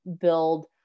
build